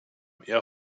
air